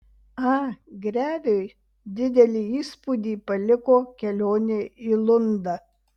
a greviui didelį įspūdį paliko kelionė į lundą